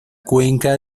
cuenca